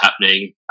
happening